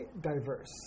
diverse